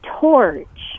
torch